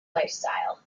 lifestyle